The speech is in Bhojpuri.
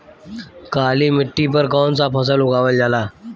काली मिट्टी पर कौन सा फ़सल उगावल जाला?